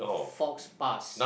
faux pas